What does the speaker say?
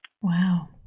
Wow